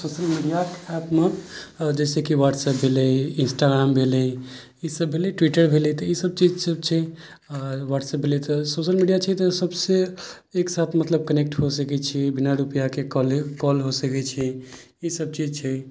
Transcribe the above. social मीडियाके app मे जैसेकि वट्सऐप भेलै इंस्टाग्राम भेलै इसब भेलै ट्विटर भेलै तऽ ईसब चीज सब छै वट्सऐप भेलै तऽ सोशल मीडिया छै तऽ सबसे एक साथ मतलब कनेक्ट हो सकै छी बिना रूपैआ के काॅल हो सकै छै इसब चीज छै